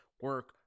Work